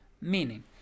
Meaning